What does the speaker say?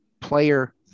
player